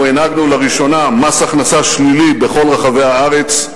אנחנו הנהגנו לראשונה מס הכנסה שלילי בכל רחבי הארץ.